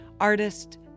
artist